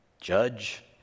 Judge